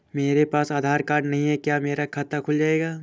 मेरे पास आधार कार्ड नहीं है क्या मेरा खाता खुल जाएगा?